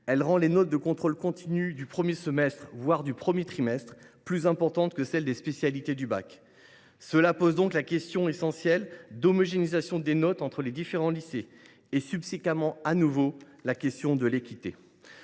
elle rend les notes du contrôle continu du premier semestre, voire du premier trimestre, plus importantes que celles des épreuves écrites de spécialité du baccalauréat. Cela pose donc la question essentielle de l’homogénéisation des notes entre les différents lycées et, subséquemment, de nouveau la question de l’équité.